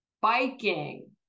biking